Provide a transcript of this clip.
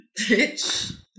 Bitch